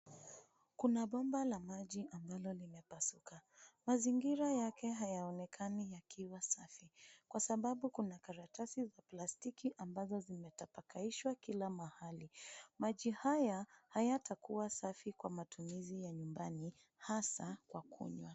Kuna bomba la maji ambalo limepasuka. Mazingira yake hayaonekani yakiwa safi kwa karatasi za plastiki amabazo zimetapakaishwa kila mahali. Maji haya hayatakuwa safi kwa matumizi ya nyumbani haswa kwa kunywa.